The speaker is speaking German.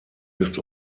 ist